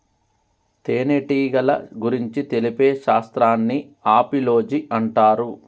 తేనెటీగల గురించి తెలిపే శాస్త్రాన్ని ఆపిలోజి అంటారు